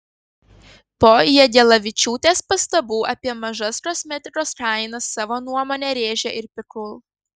po jagelavičiūtės pastabų apie mažas kosmetikos kainas savo nuomonę rėžė ir pikul